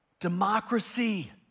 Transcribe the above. democracy